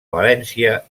valència